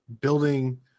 building